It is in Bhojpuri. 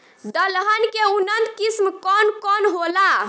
दलहन के उन्नत किस्म कौन कौनहोला?